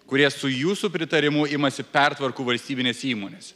kurie su jūsų pritarimu imasi pertvarkų valstybinėse įmonėse